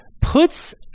puts